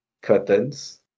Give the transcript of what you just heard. curtains